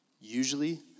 Usually